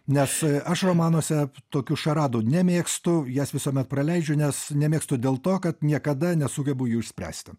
nes aš romanuose tokių šaradų nemėgstu jas visuomet praleidžiu nes nemėgstu dėl to kad niekada nesugebu jų išspręsti